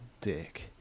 dick